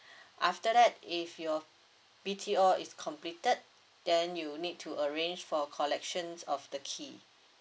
after that if your B_T_O is completed then you need to arrange for collections of the key